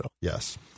Yes